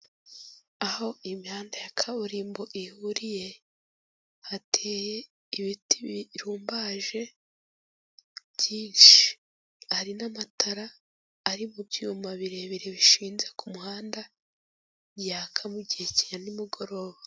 Aho imihanda ya kaburimbo ihuriye, hateye ibiti birumbaje byinshi. Hari n'amatara ari mu byuma birebire bishinze ku muhanda, yaka mu gihe cya ni mugoroba.